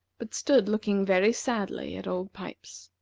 but stood looking very sadly at old pipes.